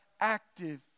active